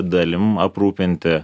dalim aprūpinti